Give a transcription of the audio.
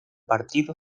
partido